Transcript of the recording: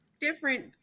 different